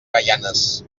gaianes